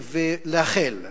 ולאחל לבן-אליעזר,